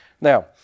Now